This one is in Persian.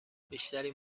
بیشترین